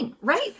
right